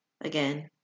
again